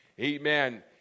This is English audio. amen